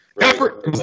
Effort